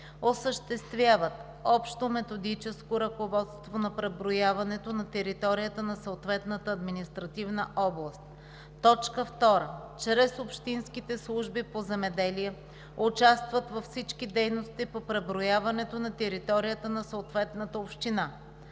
осъществяват общо методическо ръководство на преброяването на територията на съответната административна област; 2. чрез общинските служби по земеделие участват във всички дейности по преброяването на територията на съответната община;